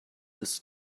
ist